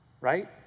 right